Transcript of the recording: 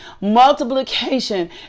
multiplication